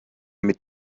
mit